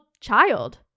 child